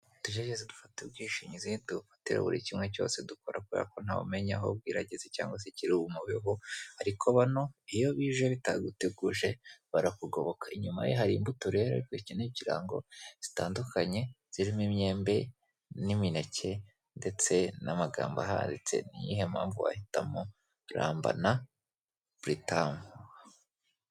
Tugerageza dufata ubwishingizi tufatire buri kimwe cyose dukorakora ko ntawe umenya aho ugerarageze cyangwa zikiri umubeho ariko bano iyo bije bitaguteguje barakugoboka inyuma ye hari imbuto rero duke' ikirango zitandukanye zirimo imyembe n'imineke ndetse n'amagambo aharitse ni iyihe mpamvu bahitamo turarambana pritanm.